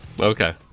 Okay